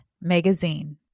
Magazine